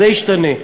זה ישתנה.